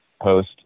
post